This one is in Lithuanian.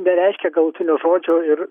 nereiškia galutinio žodžio ir